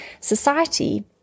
society